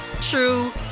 true